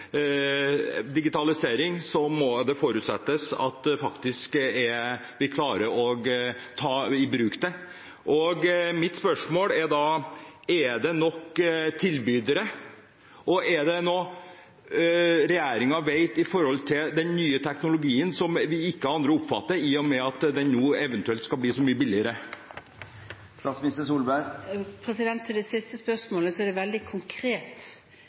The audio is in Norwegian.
faktisk klarer å ta det i bruk, og mitt spørsmål er da: Er det nok tilbydere, og er det noe regjeringen vet om den nye teknologien som ikke vi andre oppfatter, i og med at den nå, eventuelt, skal bli så mye billigere? Til det siste spørsmålet: Det er en veldig konkret